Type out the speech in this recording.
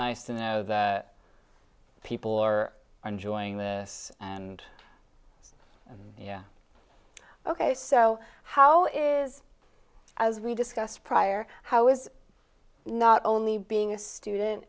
nice to know that people are enjoying this and and yeah ok so how is as we discussed prior how is not only being a student